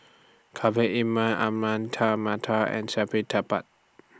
Khalil Ahmad Tar Mattar and